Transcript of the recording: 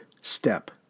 step